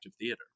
theater